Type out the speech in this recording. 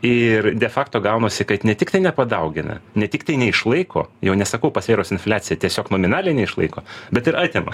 ir de fakto gaunasi kad ne tiktai nepadaugina ne tiktai neišlaiko jau nesakau pasvėrus infliaciją tiesiog nominaliai neišlaiko bet ir atima